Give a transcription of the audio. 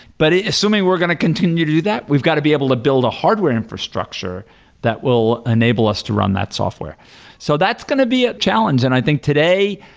but assuming we're going to continue to do that, we've got to be able to build a hardware infrastructure that will enable us to run that software so that's going to be a challenge and i think today,